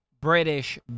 British